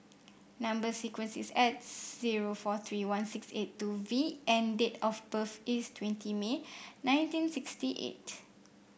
number sequence is S zero four three one six eight two V and date of birth is twenty May nineteen sixty eight